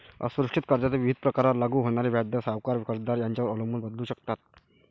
असुरक्षित कर्जाच्या विविध प्रकारांवर लागू होणारे व्याजदर सावकार, कर्जदार यांच्यावर अवलंबून बदलू शकतात